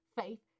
faith